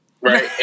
right